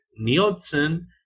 Nielsen